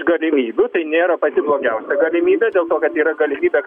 galimybių tai nėra pati blogiausia galimybė dėl to kad yra galimybė